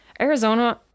Arizona